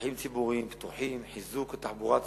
שטחים ציבוריים פתוחים, חיזוק התחבורה הציבורית,